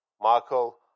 Michael